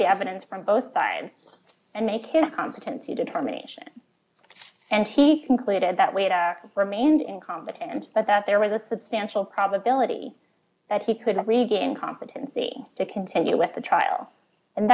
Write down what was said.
the evidence from both sides and make his competency determination and he concluded that we had our remained incompetent but that there was a substantial probability that he could not regain competency to continue with the trial and